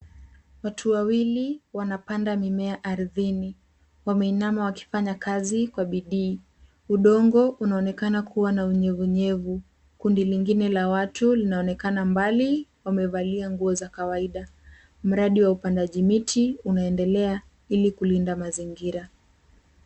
Watu Wawili wanapanda mimea ardhini. Wameinama wakifanya kazi kwa bidii. Udongo unaonekana kuwa na unyevu unyevu. Kundi lingine la watu linaonekana mbali wamevalia nguo za kawaida. Mradi wa upandaji miti unaendelea ili kulinda mazingira.